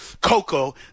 Coco